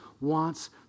wants